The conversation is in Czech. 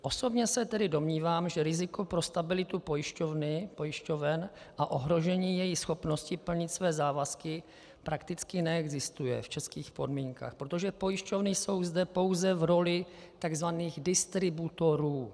Osobně se tedy domnívám, že riziko pro stabilitu pojišťoven a ohrožení jejich schopnosti plnit své závazky prakticky neexistuje v českých podmínkách, protože pojišťovny jsou zde pouze v roli tzv. distributorů.